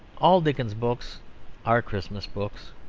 all dickens's books are christmas books.